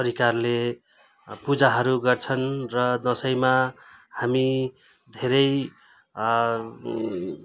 प्रकारले पूजाहरू गर्छन् र दसैँमा हामी धेरै